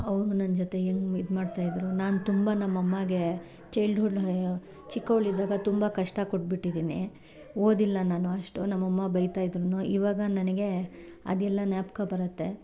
ಅವರು ನನ್ನ ಜೊತೆ ಹೆಂಗೆ ಇದು ಮಾಡ್ತಾ ಇದ್ರು ನಾನು ತುಂಬ ನಮ್ಮ ಅಮ್ಮಗೆ ಚೈಲ್ಡ್ ಹುಡ್ ಚಿಕ್ಕವಳಿದ್ದಾಗ ತುಂಬ ಕಷ್ಟ ಕೊಟ್ಬಿಟ್ಟಿದ್ದೀನಿ ಓದಿಲ್ಲ ನಾನು ಅಷ್ಟು ನಮ್ಮಮ್ಮ ಬೈತಾ ಇದ್ರೂ ಇವಾಗ ನನಗೆ ಅದೆಲ್ಲ ಜ್ಞಾಪ್ಕ ಬರುತ್ತೆ